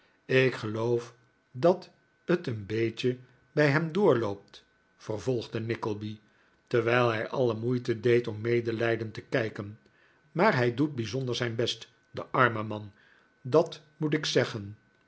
ik geloof dat t een beetje bij hem doorloopt vervolgde nickleby terwijl hij alle moeite deed om medelijdend te kijken maar hij doet bijzonder zijn best de arme man dat moet ik zeggen